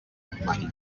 miley